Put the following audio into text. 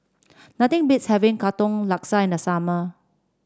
nothing beats having Katong Laksa in the summer